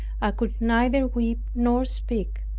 i could neither weep nor speak.